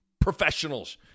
professionals